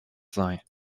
sei